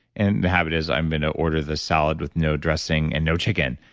and the habit is i'm going to order the salad with no dressing and no chicken,